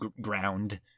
ground